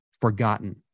forgotten